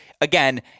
Again